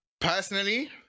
Personally